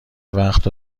وقت